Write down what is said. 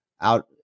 out